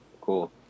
cool